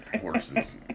horses